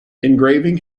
engraving